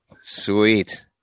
Sweet